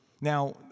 Now